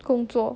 工作